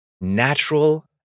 natural